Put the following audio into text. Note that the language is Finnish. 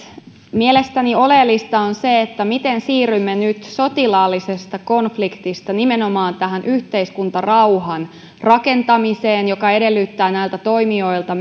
mielestäni oleellista on se miten nyt siirrymme sotilaallisesta konfliktista nimenomaan tähän yhteiskuntarauhan rakentamiseen mikä edellyttää näiltä toimijoilta